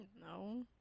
No